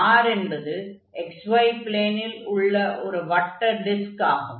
R என்பது xy ப்ளேனில் உள்ள வட்ட டிஸ்க் ஆகும்